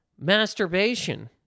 masturbation